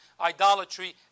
idolatry